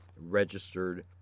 registered